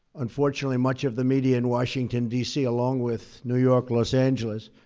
unfortunately, much of the media in washington, d c, along with new york, los angeles,